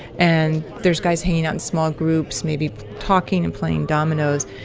and there's guys hanging out in small groups, maybe talking and playing dominoes,